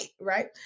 right